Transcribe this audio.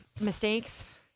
mistakes